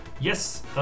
Yes